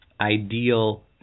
ideal